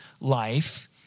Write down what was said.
life